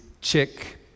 chick